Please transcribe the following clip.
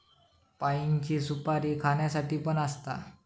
पाइनची सुपारी खाण्यासाठी पण असता